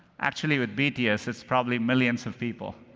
actually, with bts, it's probably millions of people.